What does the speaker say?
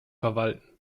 verwalten